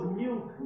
milk